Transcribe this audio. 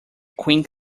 quick